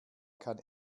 kann